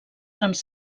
trams